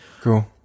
Cool